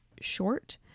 short